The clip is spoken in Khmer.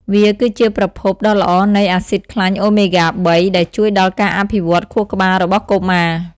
វាគឺជាប្រភពដ៏ល្អនៃ អាស៊ីតខ្លាញ់អូមេហ្គា ៣ ដែលជួយដល់ការអភិវឌ្ឍខួរក្បាលរបស់កុមារ។